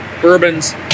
bourbons